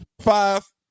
Five